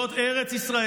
להתיישב שם.